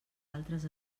altres